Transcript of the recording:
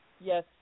yes